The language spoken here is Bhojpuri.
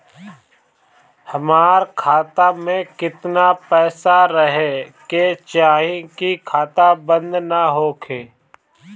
हमार खाता मे केतना पैसा रहे के चाहीं की खाता बंद ना होखे?